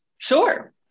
Sure